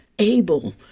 able